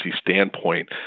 standpoint